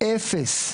אפס,